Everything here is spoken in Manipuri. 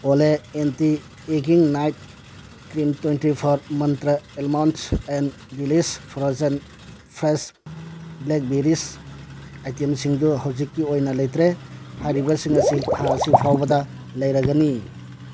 ꯑꯣꯂꯦ ꯑꯦꯟꯇꯤ ꯑꯦꯒꯤꯡ night cream twenty four Mantra almonds and delish frozen fresh blackberries ꯑꯥꯏꯇꯦꯝꯁꯤꯡꯗꯨ ꯍꯧꯖꯤꯛꯀꯤ ꯑꯣꯏꯅ ꯂꯩꯇ꯭ꯔꯦ ꯍꯥꯏꯔꯤꯕꯁꯤꯡ ꯑꯁꯤ ꯊꯥ ꯑꯁꯤ ꯐꯥꯎꯕꯗ ꯂꯩꯔꯒꯅꯤ